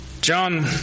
John